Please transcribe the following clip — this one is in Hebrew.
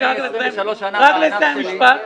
אני כבר 23 שנים בענף שלי,